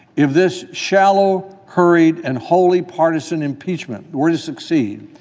if this shallow, hurried and wholly partisan impeachment were to succeed,